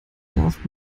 darf